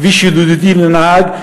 כביש ידידותי לנהג,